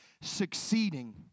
succeeding